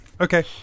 Okay